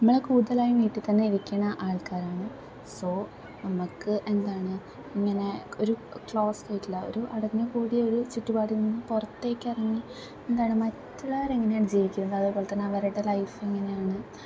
നമ്മള് കൂടുതലായും വീട്ടിൽ തന്നെ ഇരിക്കുന്ന ആൾക്കാരാണ് സൊ നമുക്ക് എന്താണ് ഇങ്ങനെ ഒരു ക്ലോസ്ഡ് ആയിട്ടുള്ള ഒരു അടഞ്ഞുകൂടിയ ഒരു ചുറ്റുപാടിൽ നിന്ന് പുറത്തേക്കിറങ്ങി എന്താണ് മറ്റുള്ളവരെങ്ങനെയാണ് ജീവിക്കുന്നത് അതേപോലെ തന്നെ അവരുടെ ലൈഫ് എങ്ങനെയാണ്